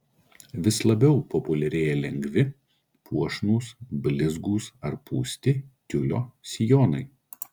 vis labiau populiarėja lengvi puošnūs blizgūs ar pūsti tiulio sijonai